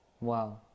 Wow